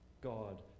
God